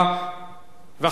ואחר כך, חבר הכנסת אזולאי.